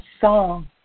song